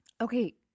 Okay